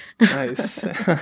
Nice